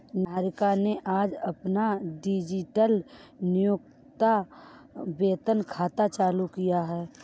निहारिका ने आज ही अपना डिजिटल नियोक्ता वेतन खाता चालू किया है